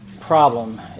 problem